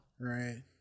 Right